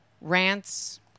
rants